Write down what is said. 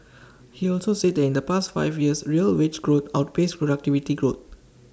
he also said that in the past five years real wage growth outpaced productivity growth